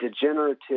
degenerative